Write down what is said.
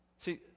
See